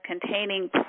containing